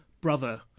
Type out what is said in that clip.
brother